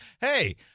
hey